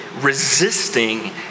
resisting